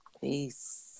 Peace